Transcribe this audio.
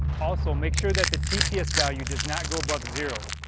also, make sure that the tps value does not go above zero.